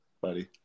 buddy